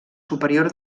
superior